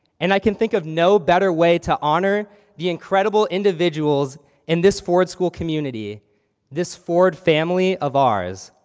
and i can't think of no better way to honor the incredible individuals in this ford school community this ford family of ours.